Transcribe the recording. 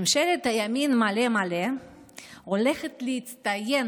ממשלת הימין מלא מלא הולכת להצטיין